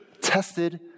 tested